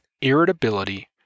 irritability